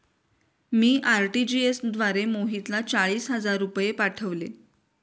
मी RTGS द्वारे मोहितला चाळीस हजार रुपये पाठवले